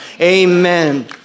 Amen